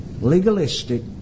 legalistic